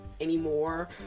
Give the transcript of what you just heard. anymore